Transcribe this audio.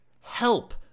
help